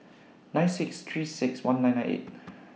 nine six three six one nine nine eight